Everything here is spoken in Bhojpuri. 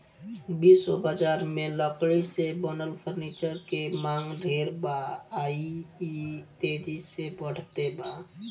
विश्व बजार में लकड़ी से बनल फर्नीचर के मांग ढेर बा आ इ तेजी से बढ़ते बा